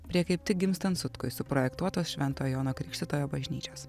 prie kaip tik gimstant sutkui suprojektuotos švento jono krikštytojo bažnyčios